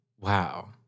Wow